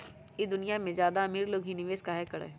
ई दुनिया में ज्यादा अमीर लोग ही निवेस काहे करई?